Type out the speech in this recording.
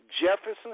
Jefferson